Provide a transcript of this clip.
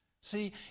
See